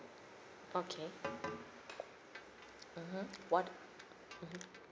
okay mmhmm what mmhmm